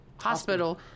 hospital